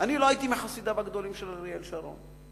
אני לא הייתי מחסידיו הגדולים של אריאל שרון,